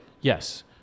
Yes